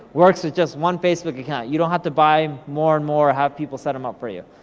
works with just one facebook account. you don't have to buy more and more, or have people set em up for you.